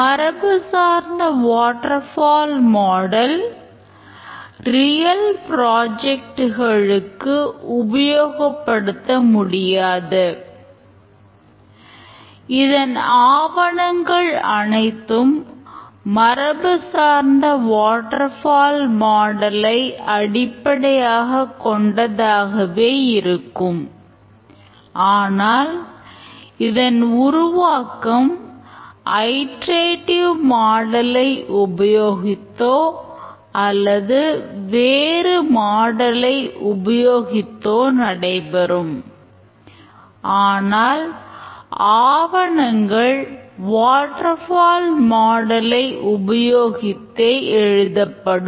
மரபுசார்ந்த waterfall model உபயோகித்தே எழுதப்படும்